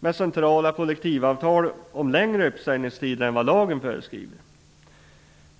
med centrala kollektivavtal om längre uppsägningstid än vad lagen föreskriver.